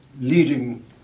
leading